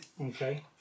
Okay